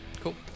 Cool